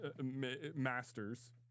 masters